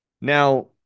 Now